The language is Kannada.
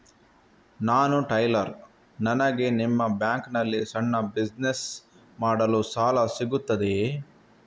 ನಾನು ಟೈಲರ್, ನನಗೆ ನಿಮ್ಮ ಬ್ಯಾಂಕ್ ನಲ್ಲಿ ಸಣ್ಣ ಬಿಸಿನೆಸ್ ಮಾಡಲು ಸಾಲ ಸಿಗುತ್ತದೆಯೇ?